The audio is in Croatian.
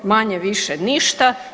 Manje-više ništa.